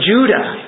Judah